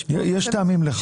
יש טעמים לכך.